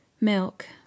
milk